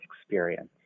experience